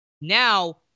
now